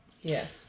Yes